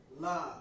love